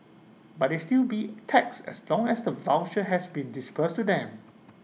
but they still be taxed as long as the voucher has been disbursed to them